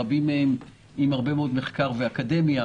רבים מהם עם הרבה מאוד מחקר ואקדמיה,